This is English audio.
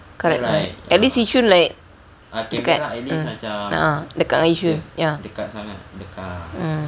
correct correct at least yishun like dekat ah ah dekat dengan yishun mm